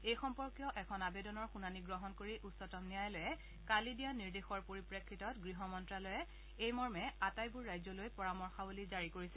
এই সম্পৰ্কীয় এখন আৱেদনৰ শুনানি গ্ৰহণ কৰি উচ্চতম ন্যায়ালয়ে কালি দিয়া নিৰ্দেশৰ পৰিপ্ৰেক্ষিতত গৃহ মন্ত্যালয়ে এই মৰ্মে আটাইবোৰ ৰাজ্যলৈ পৰামৰ্শৱলী জাৰি কৰিছে